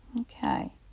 Okay